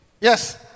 Yes